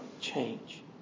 change